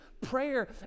prayer